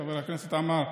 חבר הכנסת עמאר,